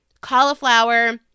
cauliflower